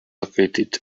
located